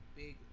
big